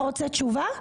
אתה רוצה תשובה?